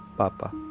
papa.